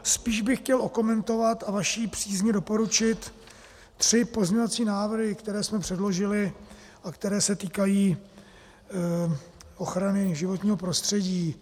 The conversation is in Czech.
Spíš bych chtěl okomentovat a vaší přízni doporučit tři pozměňovací návrhy, které jsme předložili a které se týkají ochrany životního prostředí.